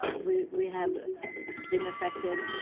we we have been affected.